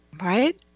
Right